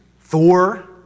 Thor